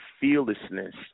fearlessness